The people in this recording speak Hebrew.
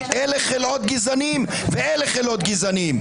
אלה חלאות גזענים ואלה חלאות גזענים.